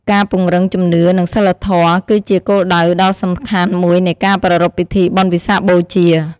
ការពង្រឹងជំនឿ និងសីលធម៌ គឺជាគោលដៅដ៏សំខាន់មួយនៃការប្រារព្ធពិធីបុណ្យវិសាខបូជា។